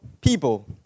people